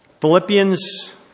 Philippians